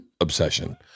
obsession